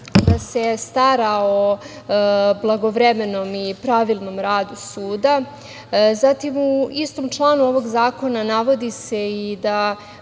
da se stara o blagovremenom i pravilnom radu suda. Zatim, u istom članu ovog zakona navodi se i da